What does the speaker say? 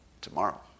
tomorrow